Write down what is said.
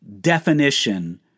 definition